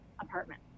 apartment